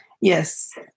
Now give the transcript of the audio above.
yes